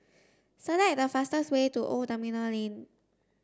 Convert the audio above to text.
select the fastest way to Old Terminal Lane